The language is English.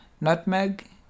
nutmeg